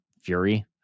fury